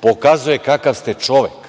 pokazuje kakav ste čovek,